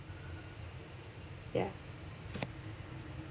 ya